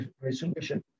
resolution